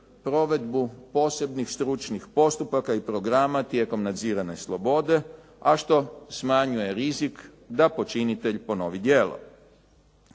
provedbu posebnih stručnih postupaka i programa tijekom nadzirane slobode, a što smanjuje rizik da počinitelj ponovi djelo.